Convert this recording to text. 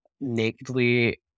nakedly